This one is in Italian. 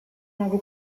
nuovo